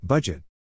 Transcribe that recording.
Budget